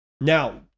Now